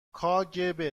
کاگب